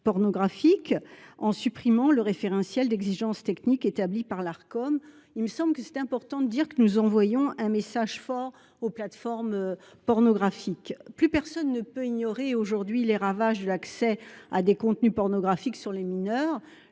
pornographiques en supprimant le référentiel d’exigences techniques établi par l’Arcom. Il est important de dire que nous envoyons un message fort aux plateformes pornographiques. Plus personne ne peut ignorer aujourd’hui les ravages de l’accès à des contenus pornographiques sur les mineurs.